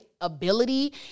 ability